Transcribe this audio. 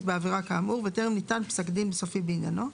בעבירה כאמור וטרם ניתן פסק דין סופי בעניינו.